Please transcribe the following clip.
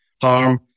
harm